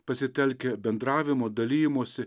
pasitelkia bendravimo dalijimosi